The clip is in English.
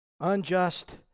unjust